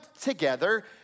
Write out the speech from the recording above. together